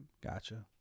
Gotcha